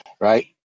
right